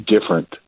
different